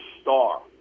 star